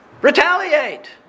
retaliate